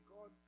God